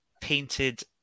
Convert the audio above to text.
painted